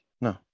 No